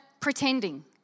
pretending